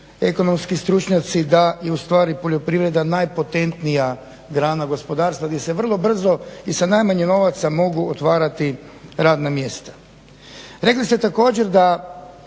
ekonomski stručnjaci da je ustvari poljoprivreda najpotentnija grana gospodarstva gdje se vrlo brzo i sa najmanje novaca mogu otvarati radna mjesta. Rekli ste također da